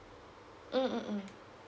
mm mm mm